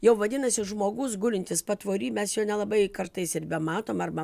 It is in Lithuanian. jau vadinasi žmogus gulintis patvory mes čia nelabai kartais ir bematom arba